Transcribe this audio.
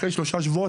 אחרי שלושה שבועות,